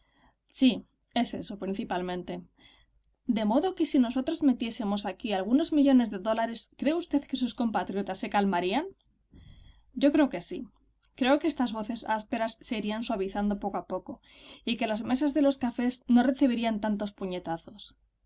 sí es eso principalmente de modo que si nosotros metiésemos aquí algunos millones de dólares cree usted que sus compatriotas se calmarían yo creo que sí creo que estas voces ásperas se irían suavizando poco a poco y que las mesas de los cafés no recibirían tantos puñetazos